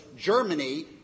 Germany